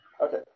Okay